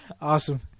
Awesome